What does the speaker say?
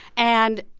and,